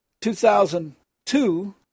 2002